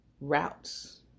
routes